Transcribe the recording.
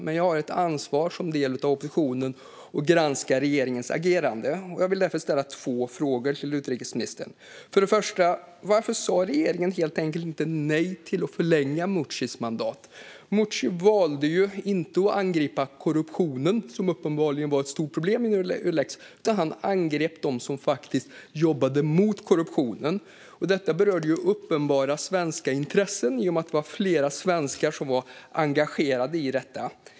Men jag har ett ansvar som en del av oppositionen att granska regeringens agerande. Jag vill därför ställa två frågor till utrikesministern. Först och främst: Varför sa regeringen helt enkelt inte nej till att förlänga Meuccis mandat? Meucci valde ju att inte angripa korruptionen, som uppenbarligen var ett stort problem inom Eulex, utan han angrep dem som faktiskt jobbade mot korruptionen. Detta berörde uppenbara svenska intressen i och med att det var flera svenskar som var engagerade i det här.